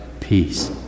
peace